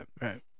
Right